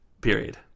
period